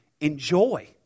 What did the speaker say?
enjoy